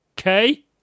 Okay